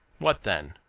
what then.